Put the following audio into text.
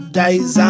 days